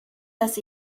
dass